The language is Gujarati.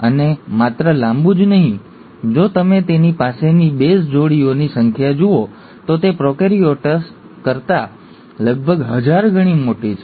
અને માત્ર લાંબું જ નહીં જો તમે તેની પાસેની બેઝ જોડીઓની સંખ્યા જુઓ તો તે પ્રોકેરીયોટ્સ કરતા લગભગ હજાર ગણી મોટી છે